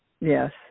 Yes